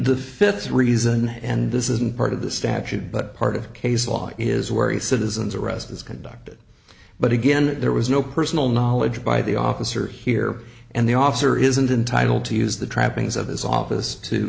the fifth reason and this isn't part of the statute but part of case law is where he citizens arrest is conducted but again there was no personal knowledge by the officer here and the officer isn't entitle to use the trappings of his office to